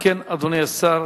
אם כן, אדוני השר